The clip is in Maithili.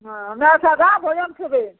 हँ हमरा आओरके सादा भोजन खएबै